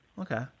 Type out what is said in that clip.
Okay